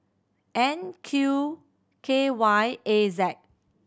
N Q K Y A